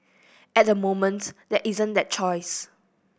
at the moment there isn't that choice